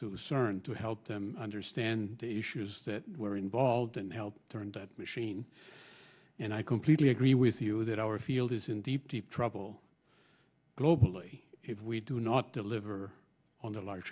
to the cern to help them understand the issues that we're involved and help turn that machine and i completely agree with you that our field is in deep deep trouble globally if we do not deliver on the large